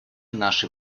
нашей